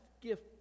gift